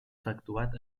efectuat